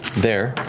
there,